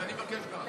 חבר הכנסת ג'בארין.